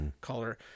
color